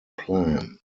plan